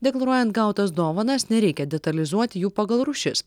deklaruojant gautas dovanas nereikia detalizuoti jų pagal rūšis